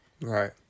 Right